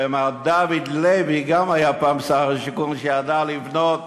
ומר דוד לוי גם היה פעם שר השיכון שידע לבנות